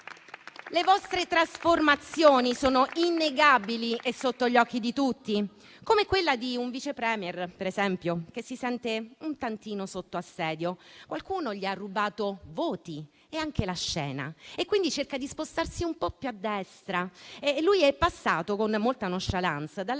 Le vostre trasformazioni sono innegabili e sotto gli occhi di tutti, come quella di un Vice *Premier*, per esempio, che si sente un tantino sotto assedio. Qualcuno gli ha rubato voti e anche la scena e quindi cerca di spostarsi un po' più a destra ed è passato con molta *nonchalance* dall'affidarsi